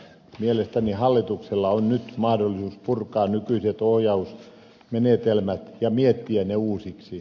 mielestäni hallituksella on nyt mahdollisuus purkaa nykyiset ohjausmenetelmät ja miettiä ne uusiksi